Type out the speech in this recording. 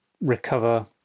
recover